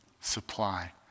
supply